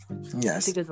Yes